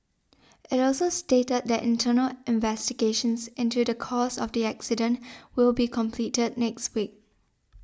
it also stated that internal investigations into the cause of the accident will be completed next week